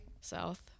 South